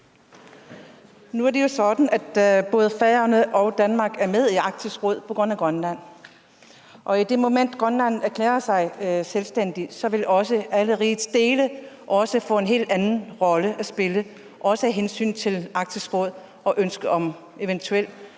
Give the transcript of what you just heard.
Nu er det jo sådan, at både Færøerne og Danmark er med i Arktisk Råd på grund af Grønland, og i det moment, Grønland erklærer sig selvstændig, vil alle rigets dele få en helt anden rolle at spille, også med hensyn til Arktisk Råd og et eventuelt